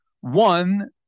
One